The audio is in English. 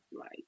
Right